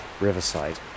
riverside